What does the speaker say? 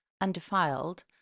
undefiled